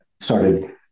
started –